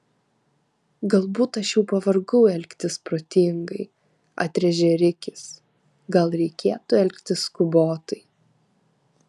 galbūt aš jau pavargau elgtis protingai atrėžė rikis gal reikėtų elgtis skubotai